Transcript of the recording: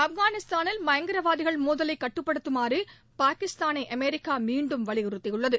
ஆப்கானிஸ்தானில் பயங்கரவாதிகள் மோதலை கட்டுப்படுத்தமாறு பாகிஸ்தானை அமெரிக்கா மீண்டும் வலியுறுத்தியுள்ளது